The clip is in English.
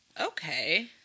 Okay